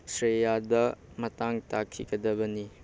ꯁ꯭ꯔꯦꯌꯥꯗ ꯃꯇꯥꯡ ꯇꯥꯛꯈꯤꯒꯗꯕꯅꯤ